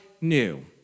new